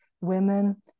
women